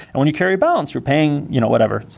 and when you carry balance, you're paying you know whatever,